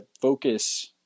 focus